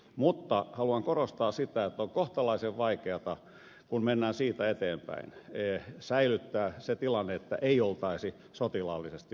mutta haluan korostaa sitä että on kohtalaisen vaikeata kun mennään siitä eteenpäin säilyttää se tilanne että ei oltaisi sotilaallisesti liittoutuneina